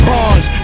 Bars